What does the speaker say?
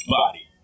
Body